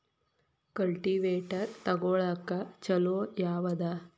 Cultivator ತೊಗೊಳಕ್ಕ ಛಲೋ ಯಾವದ?